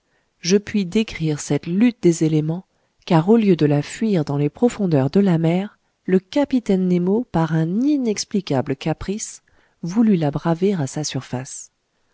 je puis décrire cette lutte des éléments car au lieu de la fuir dans les profondeurs de la mer le capitaine nemo par un inexplicable caprice voulut la braver à sa surface